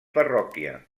parròquia